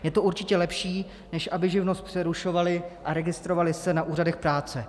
Je to určitě lepší, než aby živnost přerušovali a registrovali se na úřadech práce.